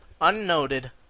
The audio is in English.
unnoted